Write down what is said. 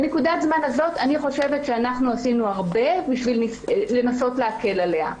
בנקודת הזמן הזאת אני חושבת שאנחנו עשינו הרבה בשביל לנסות להקל עליה.